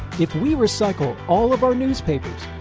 if we recycle all of our newspapers,